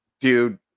Dude